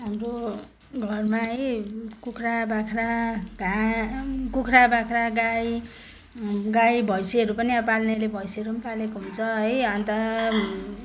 हाम्रो घरमा है कुखुरा बाख्रा घा कुखुरा बाख्रा गाई गाई भैँसीहरू पनि अब पाल्नेले भैँसीहरू पनि पालेको हुन्छ है अन्त